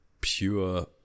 pure